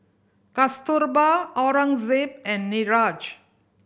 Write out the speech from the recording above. Kasturba Aurangzeb and Niraj